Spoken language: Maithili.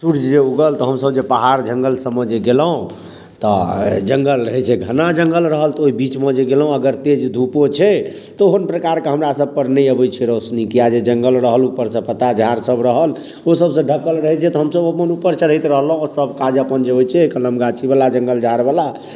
सूर्ज जे उगल तऽ हमसब जे पहाड़ जङ्गल सबमे जे गेलहुँ तऽ जङ्गल रहै छै घना जङ्गल रहल तऽ ओहि बीचमे जे गेलहुँ अगर तेज धूपो छै तऽ ओहन प्रकारके हमरा सबपर नहि अबै छै रोशनी किएक जे जङ्गल रहल उपरसँ पत्ता झाड़सब रहल ओहिसबसँ ढकल रहै छै तऽ हमसब अपन उपर चढ़ैत रहलहुँ आओर सबकाज अपन जे होइ छै कलम गाछीवला जङ्गल झाड़वला